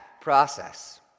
process